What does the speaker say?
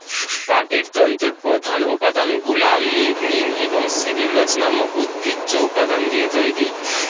পাটের তন্তুর প্রধান উপাদানগুলা লিগনিন এবং সেলুলোজ নামক উদ্ভিজ্জ উপাদান দিয়ে তৈরি